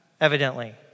evidently